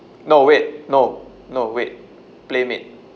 no wait no no wait Playmade